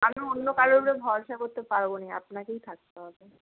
আমি অন্য কারও ওপরে ভরসা করতে পারব না আপনাকেই থাকতে হবে